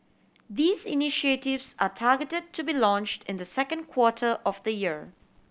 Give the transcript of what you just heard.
these initiatives are targeted to be launched in the second quarter of the year